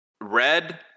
Red